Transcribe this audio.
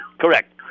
Correct